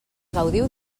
gaudiu